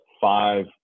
five